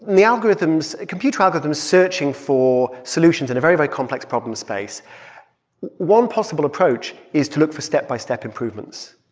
and the algorithms computer algorithms searching for solutions in a very, very complex problem space one possible approach is to look for step-by-step improvements.